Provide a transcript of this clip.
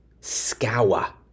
scour